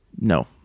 no